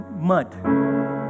mud